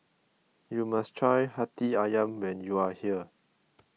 you must try Hati Ayam when you are here